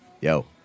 yo